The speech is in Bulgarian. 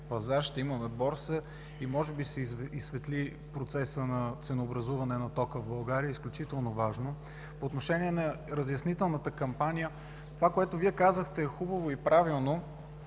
пазар, ще имаме борса и може би ще се изсветли процесът на ценообразуване на тока в България – изключително важно. По отношение на разяснителната кампания. Това, което Вие казахте, е хубаво и правилно,